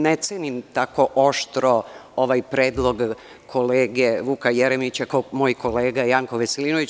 Ne cenim tako oštro ovaj predlog kolege Vuka Jeremića kao moj kolega Janko Veselinović.